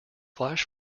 flash